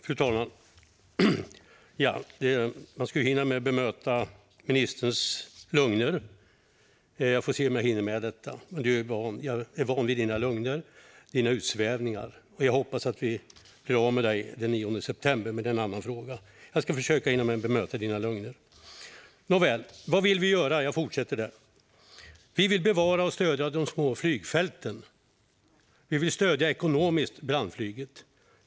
Fru talman! Man ska hinna med att bemöta ministerns lögner, men jag får se om jag hinner med det. Jag är van vid dina lögner och dina utsvävningar. Jag hoppas att vi blir av med dig den 9 september, men det är en annan fråga. Jag ska försöka hinna med att bemöta dina lögner. Vad vill vi göra? Vi vill bevara och stödja de små flygfälten. Vi vill stödja brandflyget ekonomiskt.